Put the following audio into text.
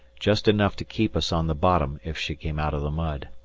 just enough to keep us on the bottom if she came out of the mud.